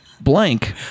blank